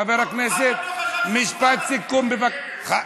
חבר הכנסת, משפט סיכום, בבקשה.